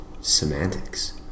semantics